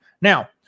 Now